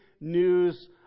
news